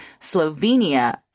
Slovenia